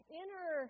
inner